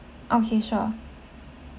okay sure